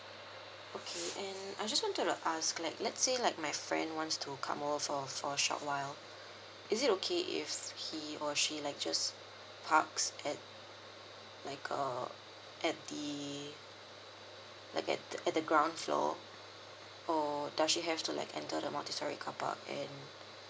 okay and I just want to like ask like let's say like my friend wants to come over for a short while is it okay if he or she like just parks at like uh at the like at the at the ground floor or does she have to like enter the multi storey carpark and